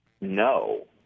no